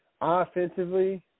Offensively